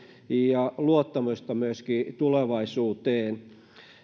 ja luottamusta myöskin tulevaisuuteen